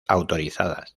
autorizadas